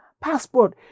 passport